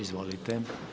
Izvolite.